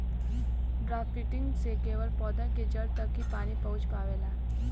drafting से केवल पौधन के जड़ तक ही पानी पहुँच पावेला